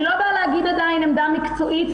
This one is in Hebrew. אני לא באה להגיד עדיין עמדה מקצועית,